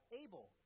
able